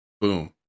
Boom